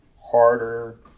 harder